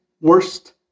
worst